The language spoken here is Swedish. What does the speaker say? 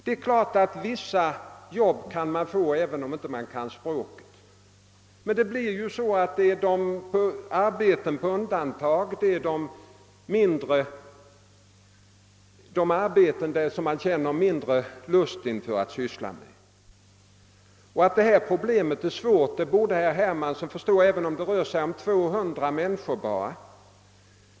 Det är klart att de kan få vissa arbeten även om de inte behärskar språket, men det blir då bara fråga om sådana arbeten som de förmodligen känner en mindre lust att syssla med. Att problemet är svårt, även om det bara rör sig om 200 människor, borde herr Hermansson kunna förstå.